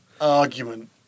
argument